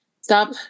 stop